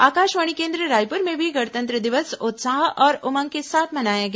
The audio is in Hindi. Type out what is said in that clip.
आकाषवाणी केन्द्र रायपुर में भी गणतंत्र दिवस उत्साह और उमंग के साथ मनाया गया